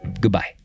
goodbye